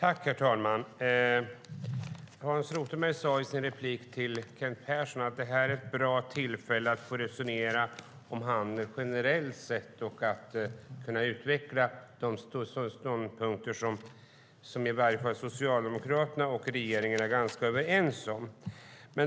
Herr talman! Hans Rothenberg sade i sin replik till Kent Persson att det här är ett bra tillfälle att få resonera om handel generellt och att kunna utveckla de ståndpunkter som i varje fall Socialdemokraterna och regeringen är ganska överens om.